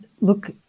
look